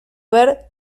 ver